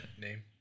name